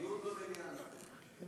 דיון במליאה אנחנו מבקשים.